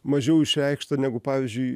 mažiau išreikšta negu pavyzdžiui